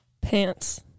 Pants